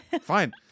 fine